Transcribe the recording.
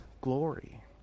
glory